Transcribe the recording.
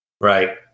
Right